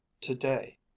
today